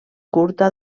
curta